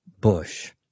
Bush